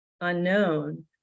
unknown